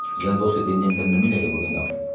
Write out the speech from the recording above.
یار دو سے تین دن کے اندر مل جائے گی بکنگ آپ کی